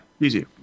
Easy